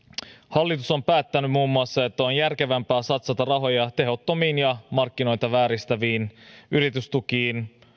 hallitus on päättänyt muun muassa että on järkevämpää satsata rahoja tehottomiin ja markkinoita vääristäviin yritystukiin